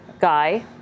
Guy